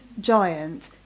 giant